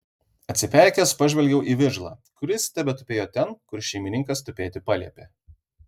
atsipeikėjęs pažvelgiau į vižlą kuris tebetupėjo ten kur šeimininkas tupėti paliepė